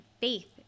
faith